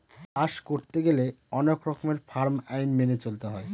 চাষ করতে গেলে অনেক রকমের ফার্ম আইন মেনে চলতে হয়